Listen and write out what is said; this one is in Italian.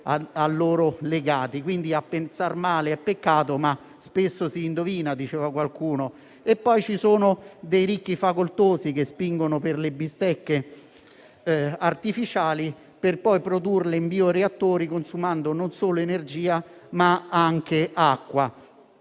a loro legati; quindi, a pensar male è peccato, ma spesso si indovina, come diceva qualcuno. E poi, ci sono ricchi facoltosi che spingono per le bistecche artificiali per poi produrle in bioreattori consumando non solo energia ma anche acqua.